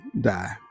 die